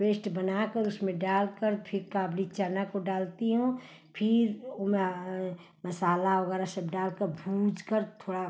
paste बनाकर उसमें डालकर फिर काबुली चना को डालती हूँ फिर उसमें मसाला वग़ैरह सब डाल कर भूँजकर थोड़ा